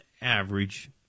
average